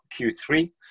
Q3